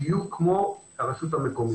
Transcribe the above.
שיהיו כמו הרשות המקומית.